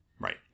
right